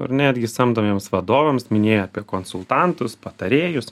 ar netgi samdomiems vadovams minėjai apie konsultantus patarėjus